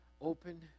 open